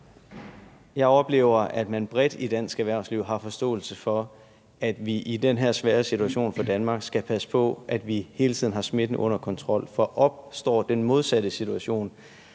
Jeg oplever, at man bredt i dansk erhvervsliv har forståelse for, at vi i den her svære situation for Danmark skal passe på, at vi hele tiden har smitten under kontrol. For opstår den modsatte situation,